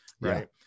Right